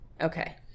Okay